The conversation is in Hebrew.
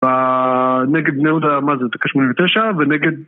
נגד נאות ה... מה זה? ... שמונים ותשע ונגד...